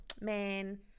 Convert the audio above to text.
man